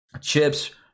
chips